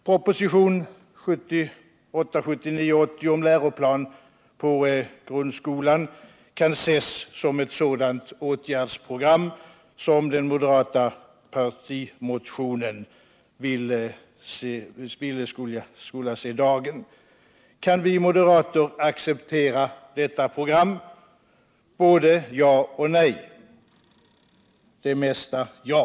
Propositionen 1978/79:180 om läroplan för grundskolan kan ses som ett sådant åtgärdsprogram som den moderata partimotionen vill ha genomfört. Kan vi moderater acceptera detta program? Både ja och nej — men mest ja.